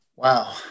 Wow